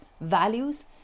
values